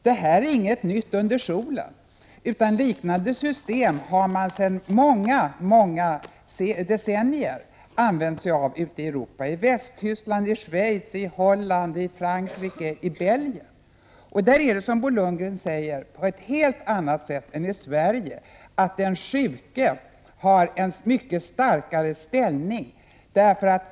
Detta är inget nytt under solen, utan liknande system har sedan många decennier använts ute i Europa: i Västtyskland, Schweiz, Holland, Frankrike och Belgien. Där är det, som Bo Lundgren säger, på ett helt annat sätt än i Sverige. Den sjuke har en mycket starkare ställning.